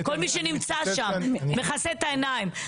כל מי שנמצא שם מכסה את העיניים.